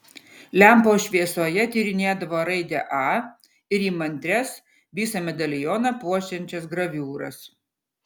lempos šviesoje tyrinėdavo raidę a ir įmantrias visą medalioną puošiančias graviūras